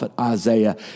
Isaiah